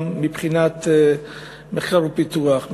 גם מבחינת מחקר ופיתוח,